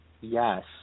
Yes